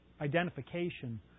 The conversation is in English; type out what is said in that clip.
identification